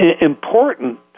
important